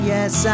Yes